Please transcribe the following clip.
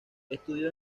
estudió